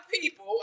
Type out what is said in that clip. people